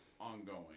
ongoing